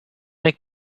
make